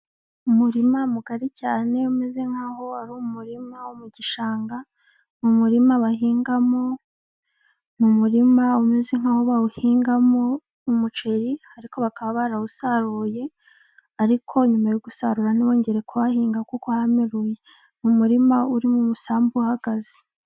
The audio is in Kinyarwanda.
Umurima mugari cyane, umeze nkaho ari umurima wo mu gishanga. umurima umeze nkaho bawuhingamo umuceri, ariko bakaba barawusaruye, ariko nyuma yo gusarura ntibongeye kuhahinga kuko hamereye. Umurima urimo umusambi uhagaze.